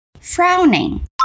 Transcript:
frowning